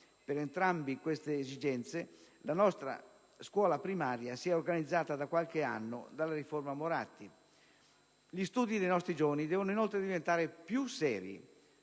Per entrambe queste esigenze la nostra scuola primaria si è organizzata da qualche anno, a partire dalla riforma Moratti. Gli studi dei nostri giovani devono inoltre diventare più seri.